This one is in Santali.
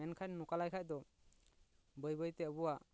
ᱢᱮᱱᱠᱷᱟᱱ ᱱᱚᱝᱠᱟ ᱞᱮᱠᱷᱟᱡ ᱫᱚ ᱵᱟᱹᱭ ᱵᱟᱹᱭ ᱛᱮ ᱟᱵᱚᱣᱟᱜ